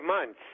months